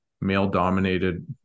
male-dominated